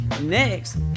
next